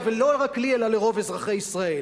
לא רק לי אלא לרוב אזרחי ישראל,